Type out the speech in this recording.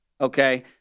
okay